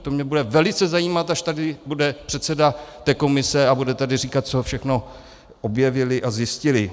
To mě bude velice zajímat, až tady bude předseda té komise a bude tady říkat, co všechno objevili a zjistili.